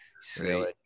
Sweet